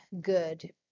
good